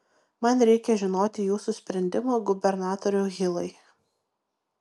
man reikia žinoti jūsų sprendimą gubernatoriau hilai